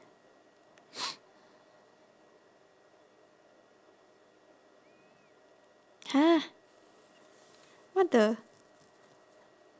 !huh! what the